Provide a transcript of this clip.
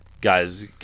guys